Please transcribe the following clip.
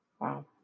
Wow